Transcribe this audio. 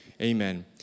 Amen